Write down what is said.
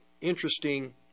interesting